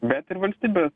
bet ir valstybės